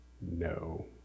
No